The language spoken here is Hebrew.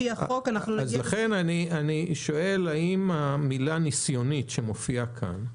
לכן, אני שואל האם המילה ניסיונית, שמופיעה כאן,